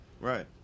right